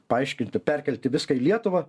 paaiškinti perkelti viską į lietuvą